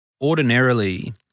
Ordinarily